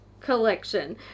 collection